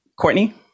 courtney